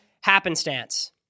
happenstance